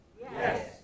Yes